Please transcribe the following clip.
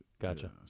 Gotcha